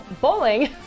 Bowling